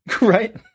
Right